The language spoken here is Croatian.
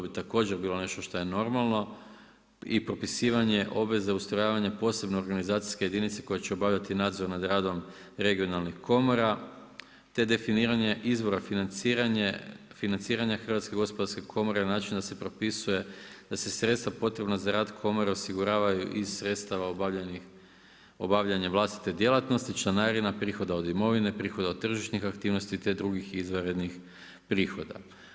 To bi također bilo nešto što je normalno i propisivanje obveze ustrojavanja posebne organizacijske jedinice koja će obavljati nadzor nad radom regionalnih komora, te definiranje izvora financiranja Hrvatske gospodarske komore na način da se propisuje, da se sredstva potrebna za rad Komore osiguravaju iz sredstava obavljanja vlastite djelatnosti, članarina, prihoda od imovine, prihoda od tržišnih aktivnosti, te drugih izvanrednih prihoda.